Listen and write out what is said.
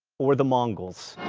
or the mongols.